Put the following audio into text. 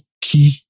key